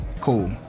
cool